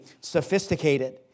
sophisticated